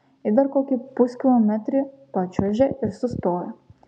ji dar kokį puskilometrį pačiuožė ir sustojo